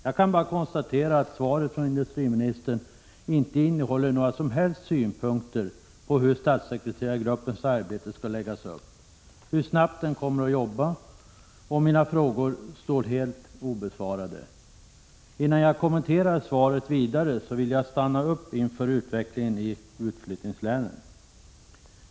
Jag kan bara konstatera att svaret från industriministern inte innehåller några som helst synpunkter på hur statssekreterargruppens arbete skall läggas upp och hur snabbt den kommer att arbeta. Mina frågor står helt obesvarade. Innan jag kommenterar svaret vidare vill jag stanna upp inför utvecklingen i utflyttningslänen.